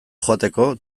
joateko